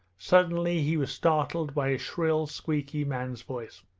suddenly he was startled by a shrill, squeaky man's voice.